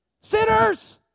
Sinners